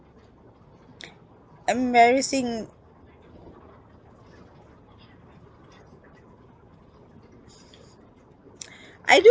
embarrassing I do